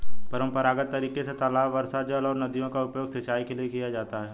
परम्परागत तरीके से तालाब, वर्षाजल और नदियों का उपयोग सिंचाई के लिए किया जाता है